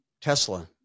Tesla